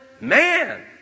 man